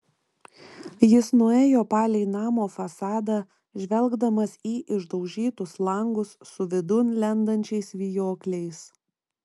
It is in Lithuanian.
jis nuėjo palei namo fasadą žvelgdamas į išdaužytus langus su vidun lendančiais vijokliais